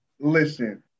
Listen